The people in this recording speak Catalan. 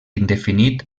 indefinit